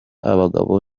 abagabo